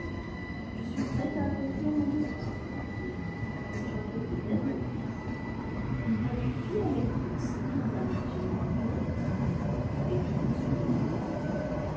je suis prête à accomplir mon devoir repartit emma si j'en trouve l'occasion toutefois avec qui allez-vous danser demanda m knightley avec vous si vous m'invitez